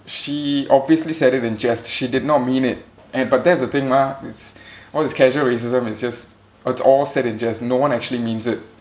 she obviously said it in jest she did not mean it and but that's the thing mah it's all this casual racism it's just it's all said in jest no one actually means it